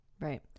Right